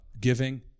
giving